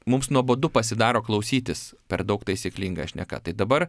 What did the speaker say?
mums nuobodu pasidaro klausytis per daug taisyklinga šneka tai dabar